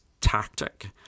tactic –